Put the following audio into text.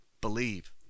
believe